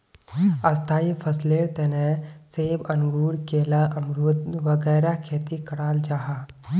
स्थाई फसलेर तने सेब, अंगूर, केला, अमरुद वगैरह खेती कराल जाहा